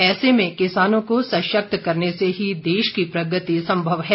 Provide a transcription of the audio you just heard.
ऐसे में किसानों को सशक्त करने से ही देश की प्रगति संभव है